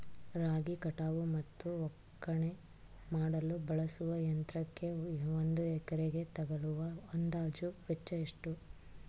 ರಾಗಿ ಕಟಾವು ಮತ್ತು ಒಕ್ಕಣೆ ಮಾಡಲು ಬಳಸುವ ಯಂತ್ರಕ್ಕೆ ಒಂದು ಎಕರೆಗೆ ತಗಲುವ ಅಂದಾಜು ವೆಚ್ಚ ಎಷ್ಟು?